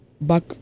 back